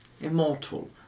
immortal